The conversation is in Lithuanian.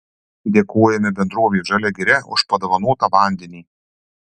dėkojame bendrovei žalia giria už padovanotą vandenį